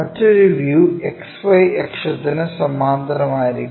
മറ്റൊരു view XY അക്ഷത്തിന് സമാന്തരമായിരിക്കണം